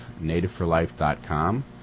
nativeforlife.com